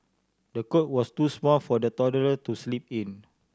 the cot was too small for the toddler to sleep in